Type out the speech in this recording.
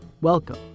Welcome